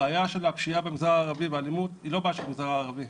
הבעיה של הפשיעה במגזר הערבי והאלימות היא לא בעיה של המגזר הערבי,